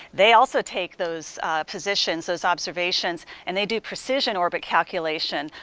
they also take those positions, those observations and they do precision orbit calculation,